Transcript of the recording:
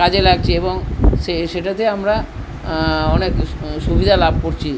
কাজে লাগছে এবং সেটাতে আমরা অনেক সুবিধা লাভ করছি